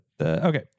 Okay